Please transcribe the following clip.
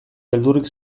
beldurrik